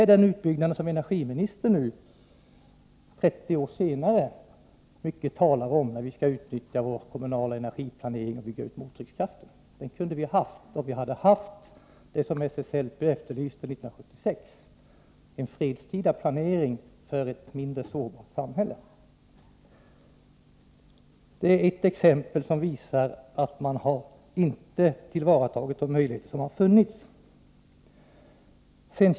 Det är en sådan utbyggnad som energiministern nu, 30 år senare, talar så mycket om, när hon säger att vi skall utnyttja vår kommunala energiplanering och bygga ut mottryckskraften. Den utbyggnaden kunde ha varit gjord, om vi hade haft det som SSLP efterlyste 1976— en fredstida planering för ett mindre sårbart samhälle. Det var ett exempel som visar att man inte har tillvaratagit de möjligheter som har funnits.